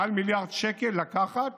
מעל מיליארד שקל לקחת